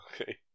Okay